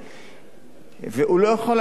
והוא לא יכול היה לצפות בטלוויזיה.